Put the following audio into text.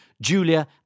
Julia